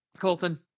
colton